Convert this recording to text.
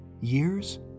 Years